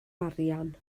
arian